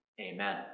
Amen